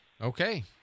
Okay